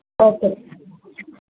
okay